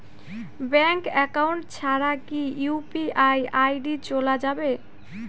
Bank account ছাড়া কি UPI ID চোলা যাবে?